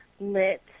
lit